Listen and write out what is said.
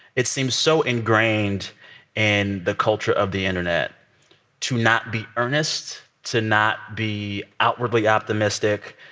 it seems so ingrained in the culture of the internet to not be earnest, to not be outwardly optimistic,